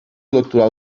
electoral